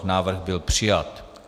Návrh byl přijat.